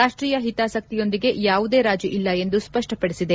ರಾಷ್ಷೀಯ ಹಿತಾಸಕ್ತಿಯೊಂದಿಗೆ ಯಾವುದೇ ರಾಜೀ ಇಲ್ಲ ಎಂದು ಸ್ಪಷ್ಪಪಡಿಸಿದೆ